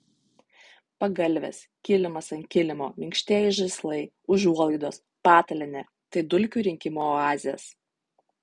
pagalvės kilimas ant kilimo minkštieji žaislai užuolaidos patalynė tai dulkių rinkimo oazės